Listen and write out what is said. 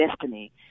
destiny